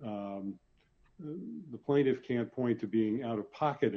the point of can't point to being out of pocket